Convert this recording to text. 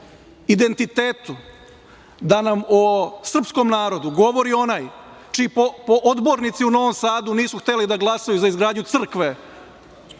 identitetu, da nam o srpskom narodu govori onaj čiji pododbornici u Novom Sadu nisu hteli da glasaju za izgradnju crkve